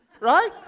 right